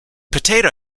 potato